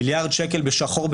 מיליארד שקלים בשנה בשחור.